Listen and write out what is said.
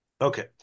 Okay